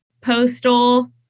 postal